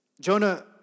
Jonah